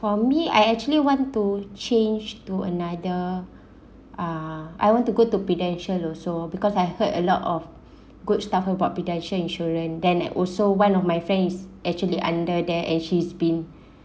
for me I actually want to change to another ah I want to go to Prudential also because I heard a lot of good stuff about Prudential insurance then and also one of my friends actually under there and she's been